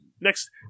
next